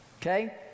Okay